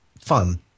fun